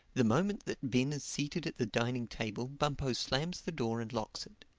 the moment that ben is seated at the dining-table bumpo slams the door and locks it.